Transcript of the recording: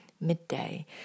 midday